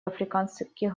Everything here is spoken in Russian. африканских